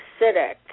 acidic